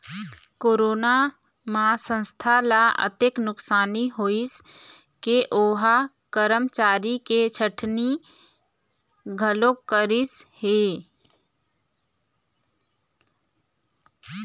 corona म संस्था ल अतेक नुकसानी होइस के ओ ह करमचारी के छटनी घलोक करिस हे